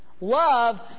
Love